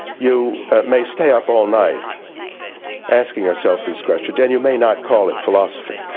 you may stay up all night asking yourself these questions and you may not call it philosophy.